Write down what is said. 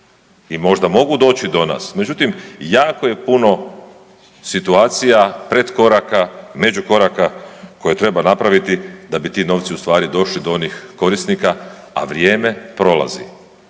i možda mogu doći do nas, međutim jako je puno situacija pretkoraka, međukoraka, koje treba napraviti da bi ti novci u stvari došli do onih korisnika, a vrijeme prolazi.